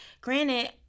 granted